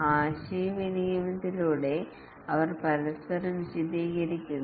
ആശയവിനിമയത്തിലൂടെ അവർ പരസ്പരം വിശദീകരിക്കുന്നു